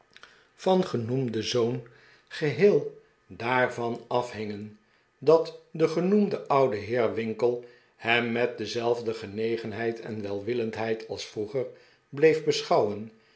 van genoemden zoon geheel daarvan afhingen dat de genoemde oude heer winkle hem met dezelfde genegen i heid en welwillendheid als vroeger bleef beschouwen